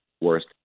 worst